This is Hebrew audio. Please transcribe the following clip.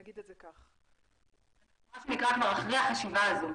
אנחנו אחרי החשיבה הזאת.